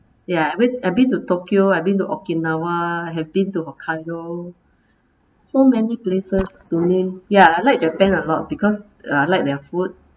ya I went I've been to tokyo I've been to okinawa have been to hokkaido so many places to name ya I like japan a lot because uh like their food